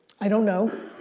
i don't know.